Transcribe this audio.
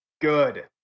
Good